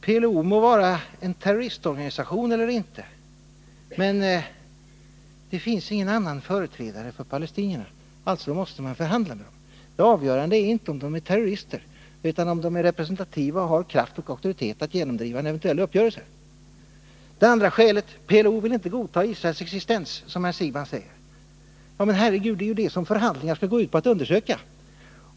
PLO må vara en terroristorganisation eller inte, men det finns ingen annan företrädare för palestinierna — alltså måste man förhandla med PLO. Avgörande är inte om organisationens företrädare är terrorister utan om de är representativa och har kraft och auktoritet att genomdriva en eventuell uppgörelse. Det andra skälet som det här är fråga om är att PLO inte vill godta Israels existens, som herr Siegbahn säger. Men Herre Gud, det är ju det som förhandlingarna skall gå ut på att undersöka.